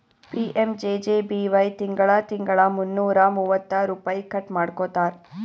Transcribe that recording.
PMJJBY ತಿಂಗಳಾ ತಿಂಗಳಾ ಮುನ್ನೂರಾ ಮೂವತ್ತ ರುಪೈ ಕಟ್ ಮಾಡ್ಕೋತಾರ್